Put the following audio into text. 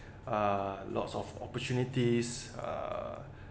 uh lots of opportunities uh